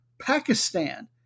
Pakistan